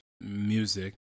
music